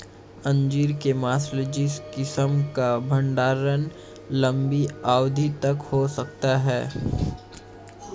अंजीर के मार्सलीज किस्म का भंडारण लंबी अवधि तक हो सकता है